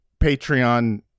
Patreon